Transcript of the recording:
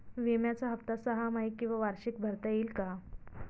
विम्याचा हफ्ता सहामाही किंवा वार्षिक भरता येईल का?